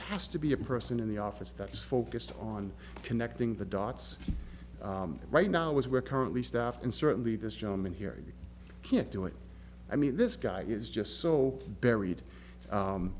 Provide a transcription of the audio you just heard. has to be a person in the office that's focused on connecting the dots right now as we're currently staffed and certainly this gentleman here you can't do it i mean this guy is just so burie